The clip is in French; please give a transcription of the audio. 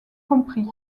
compris